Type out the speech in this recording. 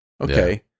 Okay